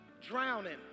Drowning